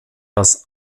das